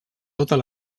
totes